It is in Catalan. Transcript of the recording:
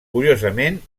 curiosament